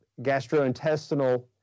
gastrointestinal